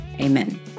Amen